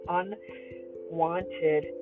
unwanted